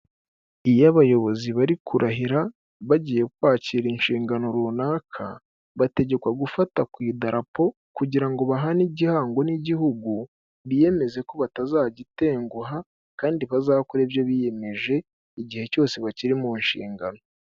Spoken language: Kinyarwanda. Iyo abayobozi bari kurahira bagiye kwakira inshingano runaka, bategekwa gufata ku idarapo, kugira ngo bahane igihango n'igihugu, biyemeze ko batazagitenguha kandi bazakora ibyo biyemeje igihe cyose bakiri mu nshingano.